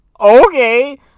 okay